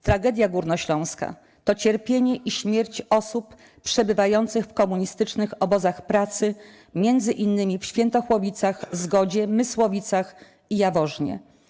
Tragedia Górnośląska to cierpienie i śmierć osób przebywających w komunistycznych obozach pracy, m.in. w Świętochłowicach Zgodzie, Mysłowicach i Jaworznie.